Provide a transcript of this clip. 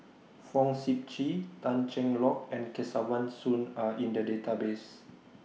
Fong Sip Chee Tan Cheng Lock and Kesavan Soon Are in The Database